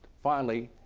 finally,